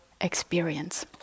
experience